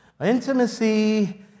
intimacy